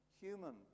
human